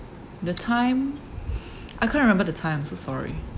the time I can't remember the time so sorry